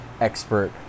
expert